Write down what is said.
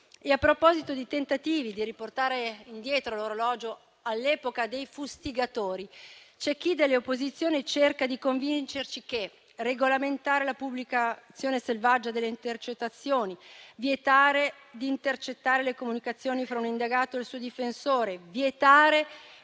A proposito di tentativi di riportare indietro l'orologio all'epoca dei fustigatori, c'è chi delle opposizioni cerca di convincerci che regolamentare la pubblicazione selvaggia delle intercettazioni, vietare di intercettare le comunicazioni fra un indagato il suo difensore, vietare